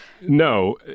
No